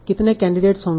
कितने कैंडिडेट्स होंगे